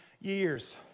years